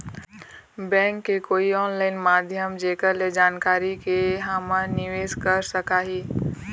Bank के कोई online माध्यम जेकर से जानकारी के के हमन निवेस कर सकही?